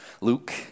Luke